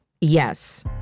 Yes